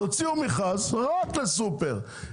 תוציאו מכרז רק לסופר,